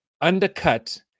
undercut